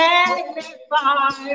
Magnify